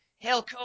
Hell